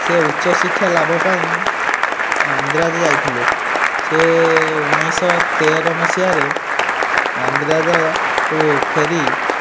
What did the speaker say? ସେ ଉଚ୍ଚ ଶିକ୍ଷା ଲାଭ ପାଇଁ ମାନ୍ଦ୍ରାଜ ଯାଇଥିଲେ ସେ ଉଣେଇଶ ତେର ମସିହାରେ ମାନ୍ଦ୍ରାଜରୁ ଫେରି